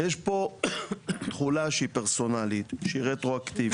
יש פה תחולה שהיא פרסונלית, שהיא רטרואקטיבית.